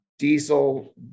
Diesel